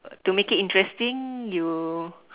to make it interesting you